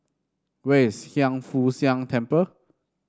where is Hiang Foo Siang Temple